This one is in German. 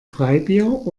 freibier